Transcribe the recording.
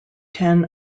ten